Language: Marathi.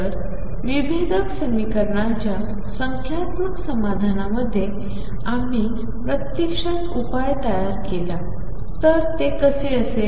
तर विभेदक समीकरणांच्या संख्यात्मक समाधानामध्ये आम्ही प्रत्यक्षात उपाय तयार केला तर ते कसे असेल